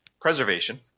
Preservation